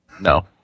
no